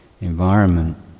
environment